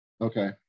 Okay